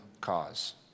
cause